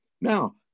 Now